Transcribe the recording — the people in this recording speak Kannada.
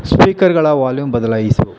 ಸ್ಪೀಕರ್ಗಳ ವಾಲ್ಯೂಮ್ ಬದಲಾಯಿಸು